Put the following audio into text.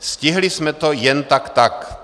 Stihli jsme to jen taktak.